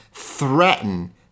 threaten